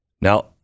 Now